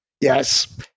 Yes